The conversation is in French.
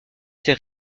ses